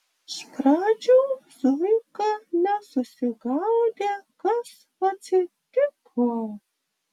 iš pradžių zuika nesusigaudė kas atsitiko